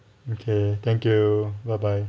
okay thank you bye bye